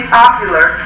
popular